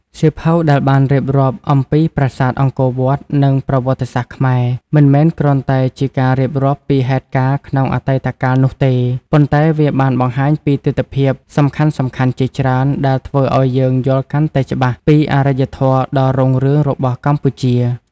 សៀវភៅដែលបានរៀបរាប់អំពីប្រាសាទអង្គរវត្ត និងប្រវត្តិសាស្ត្រខ្មែរ មិនមែនគ្រាន់តែជាការរៀបរាប់ពីហេតុការណ៍ក្នុងអតីតកាលនោះទេ ប៉ុន្តែវាបានបង្ហាញពីទិដ្ឋភាពសំខាន់ៗជាច្រើន ដែលធ្វើឲ្យយើងយល់កាន់តែច្បាស់ពីអរិយធម៌ដ៏រុងរឿងរបស់កម្ពុជា។